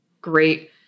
great